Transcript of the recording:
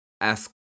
ask